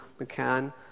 McCann